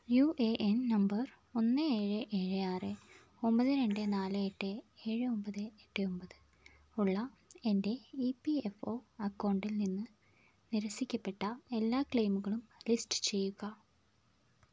U A N number ഒന്ന് ഏഴ് ഏഴ് ആറ് ഒമ്പത് രണ്ട് നാല് എട്ട് ഏഴ് ഒമ്പത് എട്ട് ഒമ്പത് ഉള്ള എന്റെ ഇ പി എഫ് ഒ അക്കൗണ്ടിൽ നിന്ന് നിരസിക്കപ്പെട്ട എല്ലാ ക്ലെയിമുകളും ലിസ്റ്റ് ചെയ്യുക